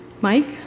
Mike